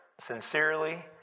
sincerely